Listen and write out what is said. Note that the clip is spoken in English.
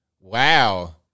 Wow